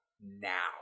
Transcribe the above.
now